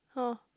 oh